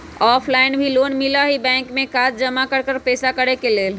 Offline भी loan मिलहई bank में कागज जमाकर पेशा करेके लेल?